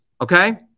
okay